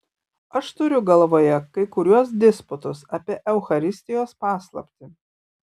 aš turiu galvoje kai kuriuos disputus apie eucharistijos paslaptį